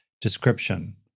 description